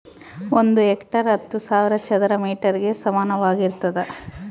ಒಂದು ಹೆಕ್ಟೇರ್ ಹತ್ತು ಸಾವಿರ ಚದರ ಮೇಟರ್ ಗೆ ಸಮಾನವಾಗಿರ್ತದ